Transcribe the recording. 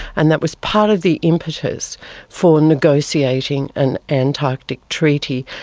and that was part of the impetus for negotiating an antarctic treaty.